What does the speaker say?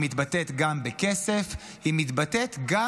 היא מתבטאת גם בכסף, היא מתבטאת גם,